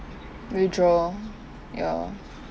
withdraw ya lah